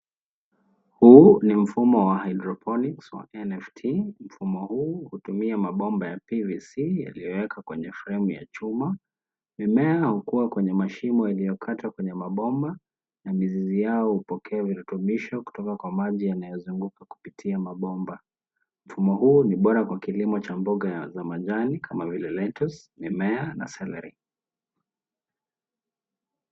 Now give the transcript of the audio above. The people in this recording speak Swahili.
Huu ni mfumo wa(cs) hydroponics(cs) wa (cs) NFT(cs). Mfumo huu hutumia mabomba ya (cs)PVC(cs) yaliyowekwa kwenye fremu ya chuma. Mimea hukua kwenye mashimo yaliyokatwa kwenye mabomba, na mizizi yao hupokea virutubisho kutoka kwa maji yanayozunguka kupitia mabomba. Mfumo huu ni bora kwa kilimo cha mboga za majani kama vile(cs) lettuce(cs), mboga nyinginezo na serari .